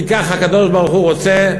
כי כך הקדוש-ברוך-הוא רוצה,